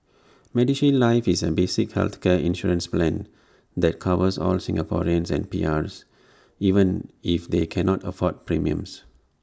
medishield life is A basic healthcare insurance plan that covers all Singaporeans and PRs even if they cannot afford premiums